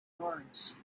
nourished